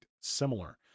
similar